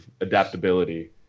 adaptability